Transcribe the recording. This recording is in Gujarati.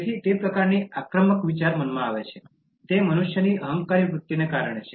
તેથી તે પ્રકારની આક્રમક વિચાર મનમાં આવે છે તે મનુષ્યની અહંકારી વૃત્તિને કારણે છે